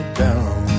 down